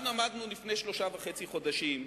היכן עמדנו לפני שלושה וחצי חודשים,